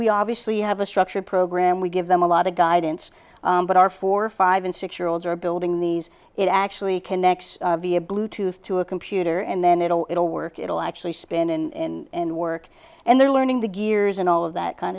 we obviously have a structured program we give them a lot of guidance but our four five and six year olds are building these it actually connects via bluetooth to a computer and then it'll it'll work it'll actually spin and work and they're learning the gears and all of that kind